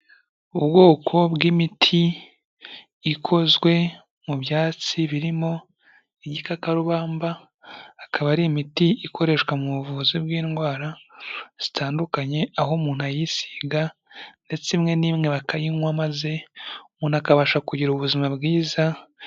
Ubwoko bw'imiti ikozwe mu byatsi birimo igikakarubamba, akaba ari imiti ikoreshwa mu buvuzi bw'indwara zitandukanye, aho umuntu ayisiga ndetse imwe n'imwe bakayinywa maze umuntu akabasha kugira ubuzima bwiza.